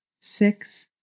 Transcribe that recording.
six